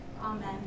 Amen